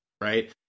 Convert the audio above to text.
right